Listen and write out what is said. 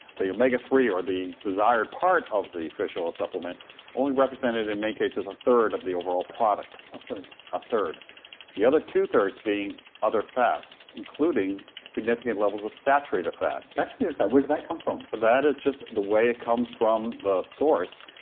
the omega three or the desired part of the fish oil supplement only represented in many cases a third of the overall product, ah the other two-thirds being other fats, including significant levels of saturated fat. saturated fat? where did that come from? that is just the way it comes from the source,